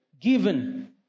Given